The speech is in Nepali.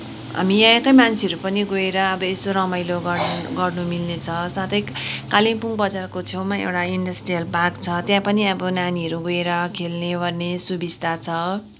हामी यहाँकै मान्छेहरू पनि गएर अब यसो रमाइलो गर्नु गर्नु मिल्ने छ साथै कालिम्पोङ बजारको छेउमा एउटा इन्डस्ट्रियल पार्क छ त्यहाँ पनि अब नानीहरू गएर खेल्नेओर्ने सुविस्ता छ